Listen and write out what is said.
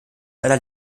leider